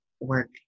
work